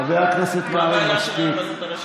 חבר הכנסת קרעי, מספיק.